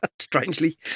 strangely